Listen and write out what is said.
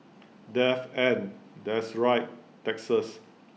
death and that's right taxes